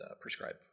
prescribe